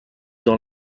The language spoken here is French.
dans